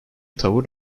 tavır